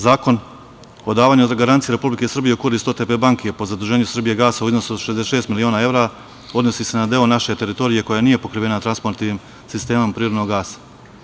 Zakon o davanju garancije Republike Srbije u korist OTP banke po zaduženju Srbijagasa u iznosu od 66 miliona evra odnosi se na deo naše teritorije koja nije pokrivena transportnim sistemom prirodnog gasa.